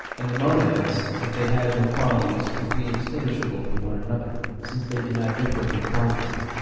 and the monads, if they had no qualities, would be indistinguishable from one another, since they do not differ in quantity